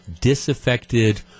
disaffected